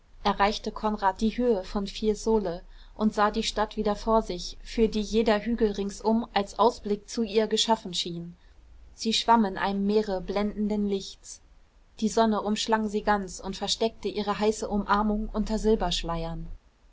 erreichte konrad die höhe von fiesole und sah die stadt wieder vor sich für die jeder hügel ringsum als ausblick zu ihr geschaffen schien sie schwamm in einem meere blendenden lichts die sonne umschlang sie ganz und versteckte ihre heiße umarmung unter